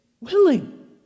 willing